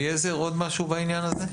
אליעזר, עוד משהו בעניין הזה?